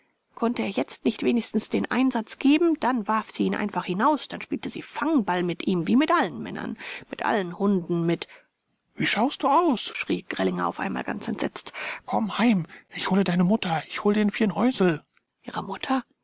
konnte er jetzt nicht wenigstens den einsatz geben dann warf sie ihn einfach hinaus dann spielte sie fangball mit ihm wie mit allen männern mit allen hunden mit wie schaust du aus schrie grellinger auf einmal ganz entsetzt komm heim ich hol deine mutter ich hol den firneusel ihre mutter